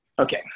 Okay